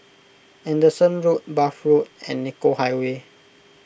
Anderson Road Bath Road and Nicoll Highway